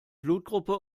blutgruppe